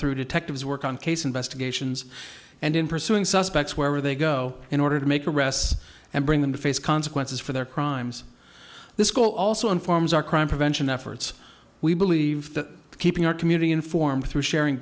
through detectives work on case investigations and in pursuing suspects wherever they go in order to make arrests and bring them to face consequences for their crimes this school also informs our crime prevention efforts we believe that keeping our community informed through sharing